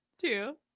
two